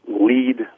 lead